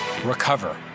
Recover